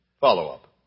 follow-up